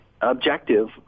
objective